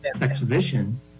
exhibition